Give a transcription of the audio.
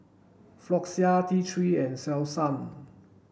Floxia T three and Selsun